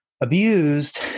abused